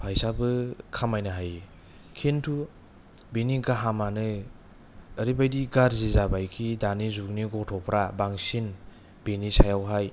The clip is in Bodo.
फैसाबो खामायनो हायो किन्तु बेनि गोहोमानो ओरैबायदि गाज्रि जाबायखि दानि जुगनि गथ'फ्रा बांसिन बेनि सायावहाय